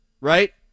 right